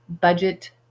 budget